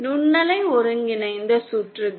நுண்ணலை ஒருங்கிணைந்த சுற்றுகள்